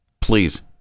Please